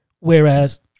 Whereas